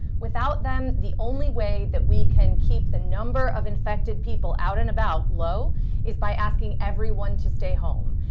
without them, the only way that we can keep the number of infected people out and about low is by asking everyone to stay home.